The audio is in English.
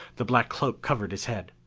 the black cloak covered his head.